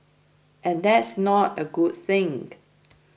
and that's not a good thing